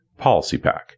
Policypack